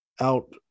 out